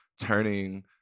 turning